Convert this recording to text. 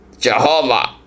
Jehovah